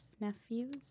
nephews